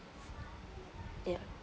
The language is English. ya